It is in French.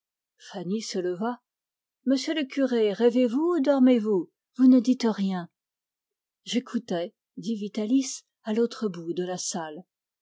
fanny se leva monsieur le curé rêvez vous ou dormez-vous vous ne dites rien j'écoutais répondit vitalis à l'autre bout de la salle